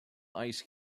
ice